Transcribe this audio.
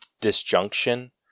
disjunction